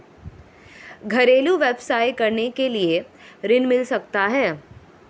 घरेलू व्यवसाय करने के लिए ऋण मिल सकता है?